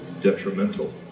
Detrimental